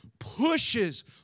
pushes